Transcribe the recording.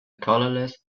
colorless